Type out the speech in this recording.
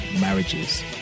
marriages